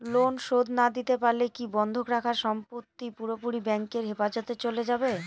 Loan শোধ না দিতে পারলে কি বন্ধক রাখা সম্পত্তি পুরোপুরি ব্যাংকের হেফাজতে চলে যাবে?